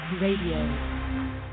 Radio